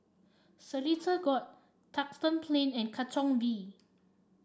Seletar Court Duxton Plain and Katong V